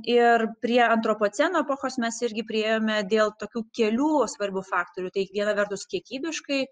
ir prie antropoceno epochos mes irgi priėjome dėl tokių kelių svarbių faktorių tai viena vertus kiekybiškai